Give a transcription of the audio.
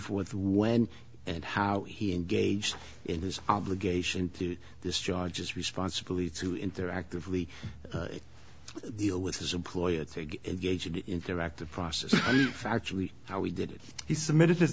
fourth when and how he engaged in his obligation to this charges responsibility to interactively deal with his employer engage in the interactive process factually how we did it he submitted his